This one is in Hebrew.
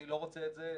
'אני לא רוצה את זה',